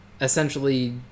essentially